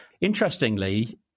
Interestingly